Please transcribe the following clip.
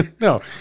No